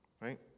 right